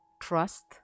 trust